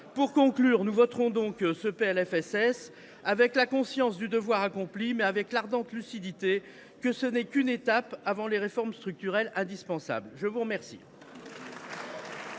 pas voté ça ! Nous voterons donc ce PLFSS avec la conscience du devoir accompli, mais avec une ardente lucidité : ce texte n’est qu’une étape avant les réformes structurelles indispensables. Il va être